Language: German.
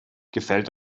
gefällt